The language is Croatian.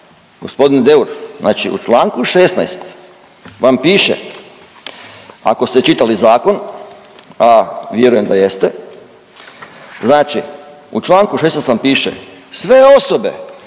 16. g. Deur znači u čl. 16. vam piše ako ste čitali zakon, a vjerujem da jeste znači u čl. 16. vam piše sve osobe